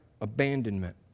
abandonment